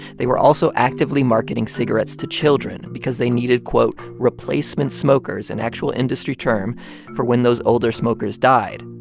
they were also actively marketing cigarettes to children because they needed, quote, replacement smokers, an and actual industry term for when those older smokers died,